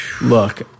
look